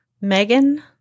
Megan